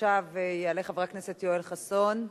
עכשיו יעלה חבר הכנסת יואל חסון,